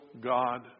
God